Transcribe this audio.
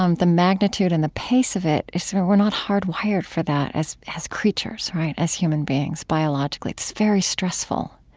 um the magnitude and the pace of it is sort of we're not hardwired for that as creatures, right, as human beings biologically. it's very stressful.